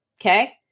Okay